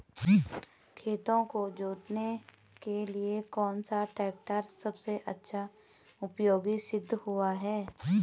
खेतों को जोतने के लिए कौन सा टैक्टर सबसे अच्छा उपयोगी सिद्ध हुआ है?